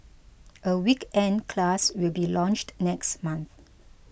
a weekend class will be launched next month